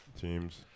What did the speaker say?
teams